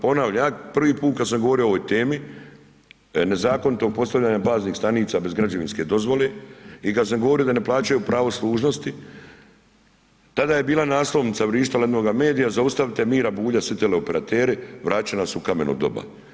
Ponavljam, ja prvi put kad sam govori o ovoj temi, nezakonito postavljanja baznih stanica bez građevinske dozvole i kad sam govorio da ne plaćaju pravo služnosti, tada je bila naslovnica vrištala jednoga medija, zaustavite Miru Bulja, svi teleoperateri, vraća nas u kameno doba.